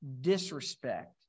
disrespect